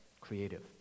creative